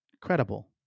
Credible